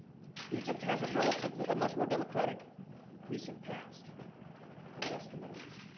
egypt has a relatively a much more democratic recent past than the rest of the middle east.